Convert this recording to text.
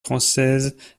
française